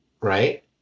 right